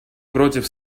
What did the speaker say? против